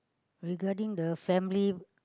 regarding the family